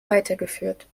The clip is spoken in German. weitergeführt